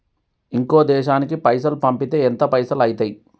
ఇంకో దేశానికి పైసల్ పంపితే ఎంత పైసలు అయితయి?